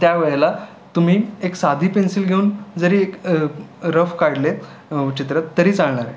त्यावेळेला तुम्ही एक साधी पेन्सिल घेऊन जरी एक रफ काढले चित्र तरी चालणारे